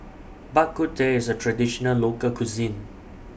Bak Kut Teh IS A Traditional Local Cuisine